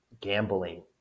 gambling